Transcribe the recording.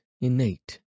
innate